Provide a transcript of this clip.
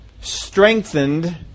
Strengthened